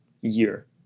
year